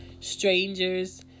strangers